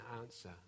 answer